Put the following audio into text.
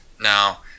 now